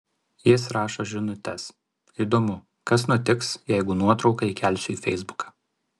jis rašo žinutes įdomu kas nutiks jeigu nuotrauką įkelsiu į feisbuką